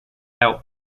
out